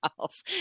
else